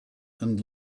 and